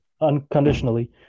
Unconditionally